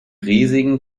riesigen